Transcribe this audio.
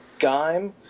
Gaim